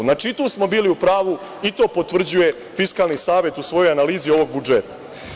Znači i tu smo bili u pravu, i to potvrđuje Fiskalni savet u svojoj analizi ovog budžeta.